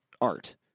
art